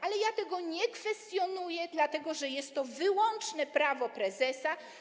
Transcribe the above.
Ale ja tego nie kwestionuję, dlatego że jest to wyłączne prawo prezesa.